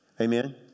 Amen